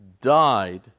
died